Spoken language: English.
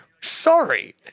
Sorry